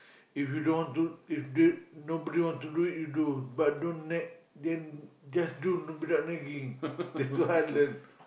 if you don't want to if that nobody want to do it you do but don't nag then just do nobody without nagging that's what I learn